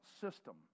system